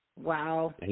Wow